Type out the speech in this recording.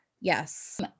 Yes